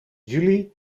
juli